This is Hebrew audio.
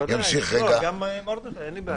בוודאי, גם למרדכי, אין לי בעיה.